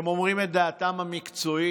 והם אומרים את דעתם המקצועית.